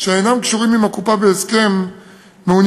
שאינם קשורים עם הקופה בהסכם מעוניינים